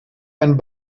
einen